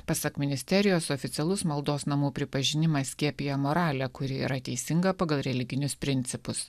pasak ministerijos oficialus maldos namų pripažinimas skiepija moralę kuri yra teisinga pagal religinius principus